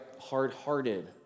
Hard-hearted